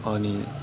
अनि